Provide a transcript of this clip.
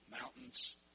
mountains